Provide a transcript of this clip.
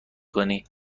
کنی